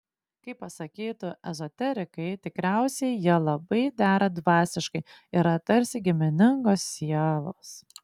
kaip pasakytų ezoterikai tikriausiai jie labai dera dvasiškai yra tarsi giminingos sielos